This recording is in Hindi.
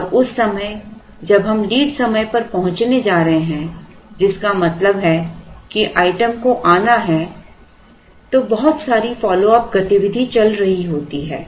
और उस समय जब हम लीड समय पर पहुंचने जा रहे हैं जिसका मतलब है कि आइटम को आना है तो बहुत सारी फॉलो अप गतिविधि चल रही होती है